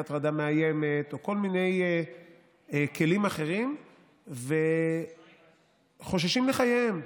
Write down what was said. הטרדה מאיימת או כל מיני כלים אחרים וחוששים לחייהם.